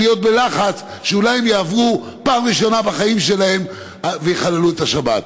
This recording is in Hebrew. להיות בלחץ שאולי הם יעברו בפעם הראשונה בחיים שלהם ויחללו את השבת.